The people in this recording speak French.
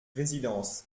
résidence